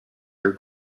your